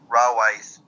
Railways